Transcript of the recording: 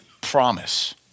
promise